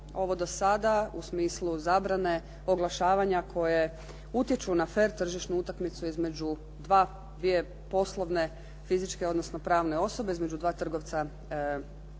Ovo do sada u smislu zabrane oglašavanja koje utječu na fer tržišnu utakmicu između dva, dvije poslovne fizičke odnosno pravne osobe, između dva trgovca nismo